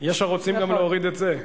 יש הרוצים גם להוריד את זה.